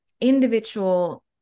individual